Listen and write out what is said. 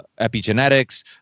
epigenetics